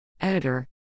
Editor